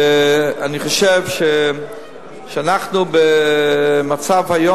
אני חושב שאנחנו היום במצב,